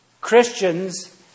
Christians